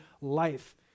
life